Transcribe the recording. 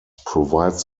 provides